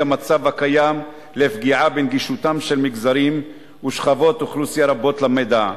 המצב הקיים לפגיעה בנגישותם של מגזרים ושכבות אוכלוסייה רבות למידע,